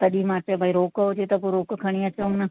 तड़ी मां चयो रोक़ हुजे त पोइ रोक खणी अचूं न